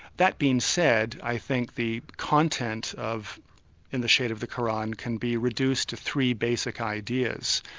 that being said, i think the content of in the shade of the qur'an can be reduced to three basic ideas,